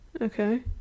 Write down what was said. okay